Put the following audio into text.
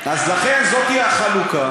אז לכן זו החלוקה.